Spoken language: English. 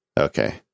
Okay